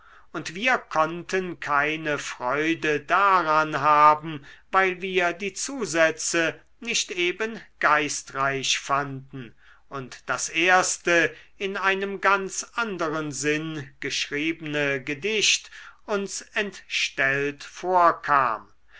und wir konnten keine freude daran haben weil wir die zusätze nicht eben geistreich fanden und das erste in einem ganz anderen sinn geschriebene gedicht uns entstellt vorkam